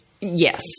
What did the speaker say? yes